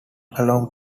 along